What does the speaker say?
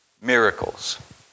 miracles